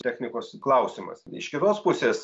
technikos klausimas iš kitos pusės